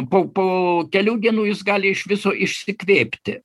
po po kelių dienų jis gali iš viso išsikvėpti